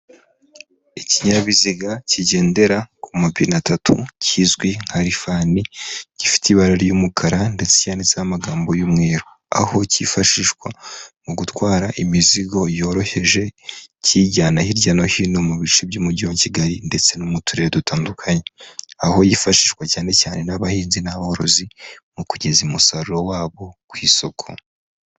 Ikinyabiziga kigendera ku mapine 3 kizwi nka rifani gifite ibara ry'umukara ndetse cyanditseho magambo y'umweru aho cyifashishwa mu gutwara imizigo yoroheje kijyana hirya no hino mu bice by'umujyi wa kigali ndetse no mu turere dutandukanye aho yifashishwa cyane cyane n'abahinzi n'aborozi mu kugeza umusaruro wabo ku isoko.